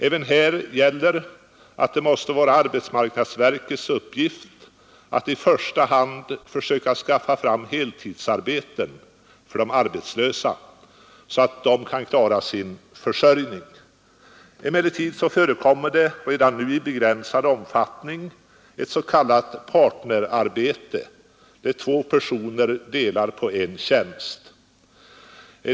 Även här gäller att det måste vara arbetsmarknadsverkets uppgift att i första hand försöka skaffa fram heltidsarbete för de arbetslösa så att de kan klara sin försörjning. Emellertid förekommer redan i begränsad omfattning s.k. partnerarbete, där två personer delar på en tjänst.